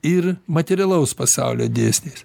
ir materialaus pasaulio dėsniais